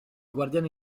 guardiano